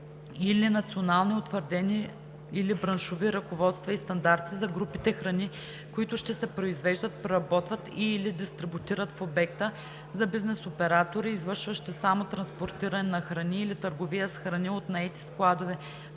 или национални, утвърдени или браншови ръководства и стандарти за групите храни, които ще се произвеждат, преработват и/или дистрибутират в обекта; за бизнес оператори, извършващи само транспортиране на храни или търговия с храни от наети складови